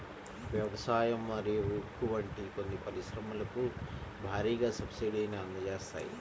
వ్యవసాయం మరియు ఉక్కు వంటి కొన్ని పరిశ్రమలకు భారీగా సబ్సిడీని అందజేస్తాయి